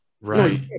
right